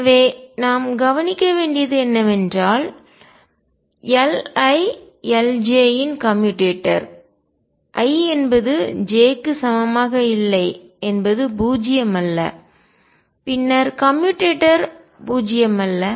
எனவே நாம் கவனிக்க வேண்டியது என்னவென்றால் Li Lj ன் கம்யூட்டேட்டர் i என்பது j க்கு சமமாக இல்லை என்பது பூஜ்ஜியமல்ல பின்னர் கம்யூட்டேட்டர் பூஜ்ஜியமல்ல